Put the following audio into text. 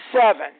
seven